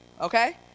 okay